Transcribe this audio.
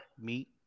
Meat